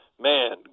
Man